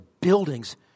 buildings